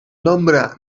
nombre